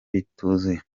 bituzuye